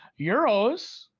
Euros